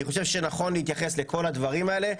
אני חושב שנכון להתייחס לכל הדברים האלה,